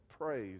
praise